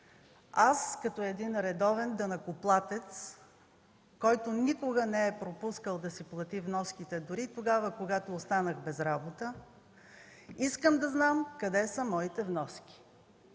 Аз като един редовен данъкоплатец, който никога не е пропускал да си плати вноските, дори и тогава, когато останах без работа, искам да знам къде са моите вноски,